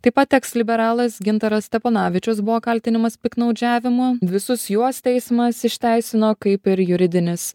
taip pat eks liberalas gintaras steponavičius buvo kaltinimas piktnaudžiavimu visus juos teismas išteisino kaip ir juridinis